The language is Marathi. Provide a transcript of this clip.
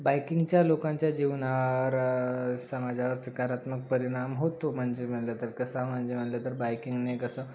बायकिंगच्या लोकांच्या जीवनावर समाजावर सकारात्मक परिणाम होतो म्हणजे म्हणलं तर कसा म्हणजे म्हणलं तर बायकिंगने कसं